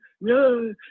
no